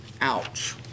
Ouch